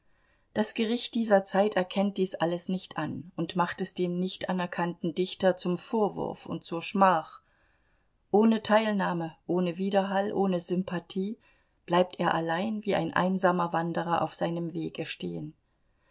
das gericht dieser zeit erkennt dies alles nicht an und macht es dem nicht anerkannten dichter zum vorwurf und zur schmach ohne teilnahme ohne widerhall ohne sympathie bleibt er allein wie ein einsamer wanderer auf seinem wege stehen